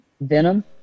Venom